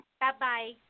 Bye-bye